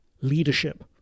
Leadership